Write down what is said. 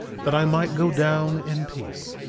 that i might go down in peace,